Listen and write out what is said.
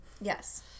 Yes